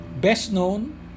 best-known